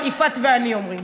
זה קודם כול.